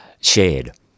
shared